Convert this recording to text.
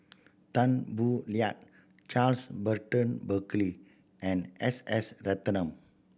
Tan Boo Liat Charles Burton Buckley and S S Ratnam